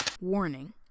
Warning